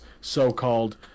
so-called